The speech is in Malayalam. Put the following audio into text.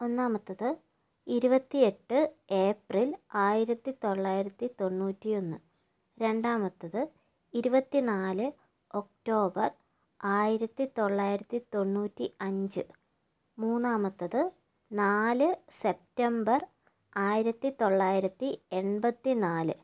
ഒന്നാമത്തത് ഇരുപത്തിയെട്ട് ഏപ്രിൽ ആയിരത്തിത്തൊള്ളായിരത്തിത്തൊണ്ണൂറ്റി ഒന്ന് രണ്ടാമത്തത് ഇരുപത്തിനാല് ഒക്ടോബർ ആയിരത്തിത്തൊള്ളായിരത്തിത്തൊണ്ണൂറ്റി അഞ്ച് മൂന്നാമത്തത് നാല് സെപ്റ്റംബർ ആയിരത്തിത്തൊള്ളായിരത്തി എൺപത്തി നാല്